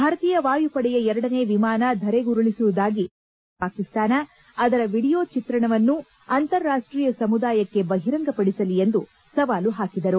ಭಾರತೀಯ ವಾಯುಪಡೆಯ ಎರಡನೆ ವಿಮಾನ ಧರೆಗುರುಳಿಬರುವುದಾಗಿ ಹೇಳಿಕೆ ನೀಡುತ್ತಿರುವ ಪಾಕಿಸ್ತಾನ ಅದರ ವೀಡಿಯೊ ಚಿತ್ರಣವನ್ನು ಅಂತಾರಾಷ್ಷೀಯ ಸಮುದಾಯಕ್ಕೆ ಬಹಿರಂಗಪಡಿಸಲಿ ಎಂದು ಸವಾಲು ಹಾಕಿದರು